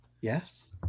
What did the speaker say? Yes